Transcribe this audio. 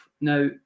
now